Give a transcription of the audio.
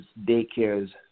daycares